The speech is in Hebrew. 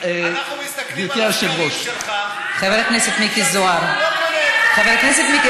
אנחנו רואים, חבר הכנסת זוהר, חבר הכנסת זוהר,